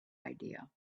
idea